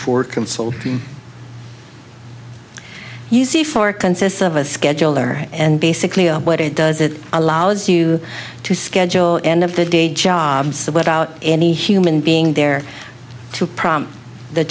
for consulting you see far consists of a scheduler and basically what it does it allows you to schedule end of the day jobs about any human being there to prompt the